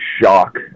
shock